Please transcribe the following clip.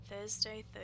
Thursday